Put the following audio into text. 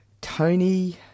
Tony